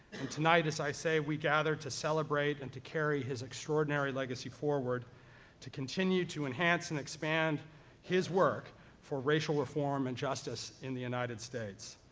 and tonight as i say, we gather to celebrate and to carry his extraordinary legacy forward to continue to enhance and expand his work for racial reform and justice in the united states.